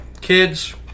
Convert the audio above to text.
kids